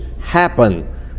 happen